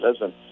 listen